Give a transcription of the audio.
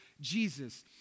Jesus